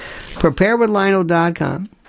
preparewithlionel.com